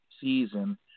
season